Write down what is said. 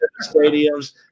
stadiums